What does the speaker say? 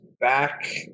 back